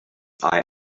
eye